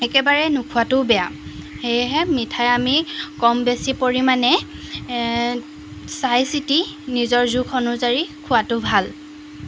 একেবাৰে নোখোৱাটোও বেয়া সেয়েহে মিঠাই আমি কম বেছি পৰিমাণে চাই চিতি নিজৰ জোখ অনুযায়ী খোৱাতো ভাল